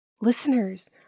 Listeners